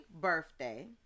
birthday